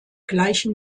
gleichem